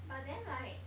but then like